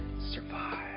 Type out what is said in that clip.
survive